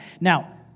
Now